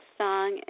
song